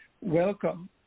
welcome